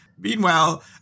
Meanwhile